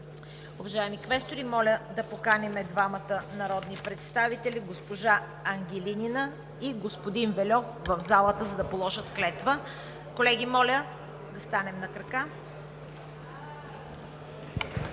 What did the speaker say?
Уважаеми квестори, моля да поканим двамата народни представители – госпожа Ангелинина и господин Вельов, в залата, за да положат клетва. Колеги, моля да станем на крака.